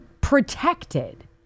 protected